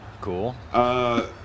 Cool